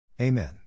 Amen